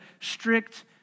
strict